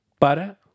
Para